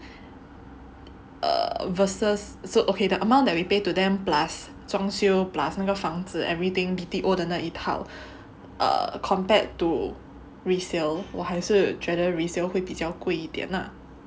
err versus so okay the amount that we pay to them plus 装修 plus 那个房子 everything B_T_O 的那一套 err compared to resale 我还是觉得 resale 会比较贵一点 lah